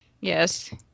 Yes